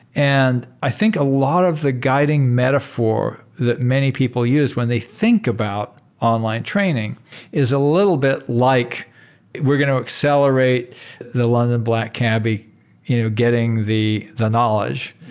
and i think a lot of the guiding metaphor that many people use when they think about online training is a little bit like we're going to accelerate the london black cabbie you know getting the the knowledge.